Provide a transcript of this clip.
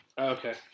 Okay